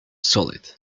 solid